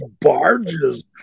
barges